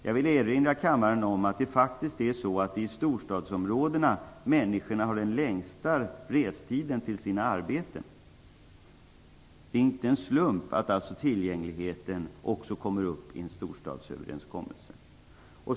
Jag vill erinra kammaren om att det faktiskt är så, att i storstadsområdena har människorna de längsta restiderna till sina arbeten. Det är inte en slump att också tillgängligheten tas upp i en storstadsöverenskommelse.